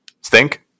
stink